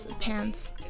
pants